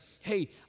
hey